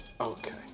okay